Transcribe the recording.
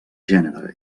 gènere